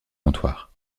comptoir